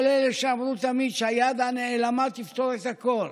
כל אלה שאמרו תמיד שהיד הנעלמה תפתור את הכול,